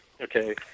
Okay